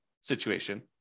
situation